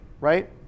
right